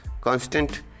constant